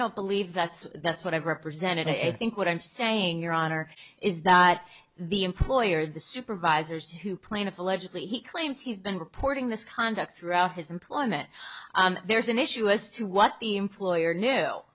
don't believe that's that's what i represented i think what i'm saying your honor is that the employer the supervisors who plaintiff allegedly he claims he's been reporting this conduct throughout his employment there's an issue as to what the employer knew